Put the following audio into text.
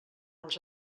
els